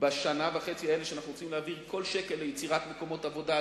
בשנה וחצי האלה שאנחנו רוצים להעביר כל שקל ליצירת מקומות עבודה,